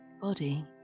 body